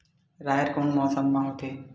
राहेर कोन मौसम मा होथे?